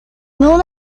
known